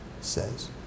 says